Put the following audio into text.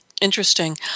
interesting